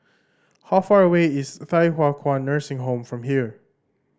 how far away is Thye Hua Kwan Nursing Home from here